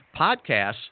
podcasts